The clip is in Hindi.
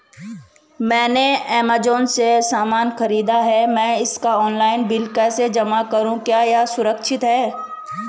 मैंने ऐमज़ान से सामान खरीदा है मैं इसका ऑनलाइन बिल कैसे जमा करूँ क्या यह सुरक्षित है?